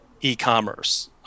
e-commerce